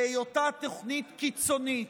בהיותה תוכנית קיצונית,